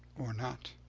or not?